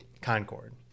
Concord